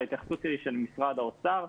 ההתייחסות היא של משרד האוצר.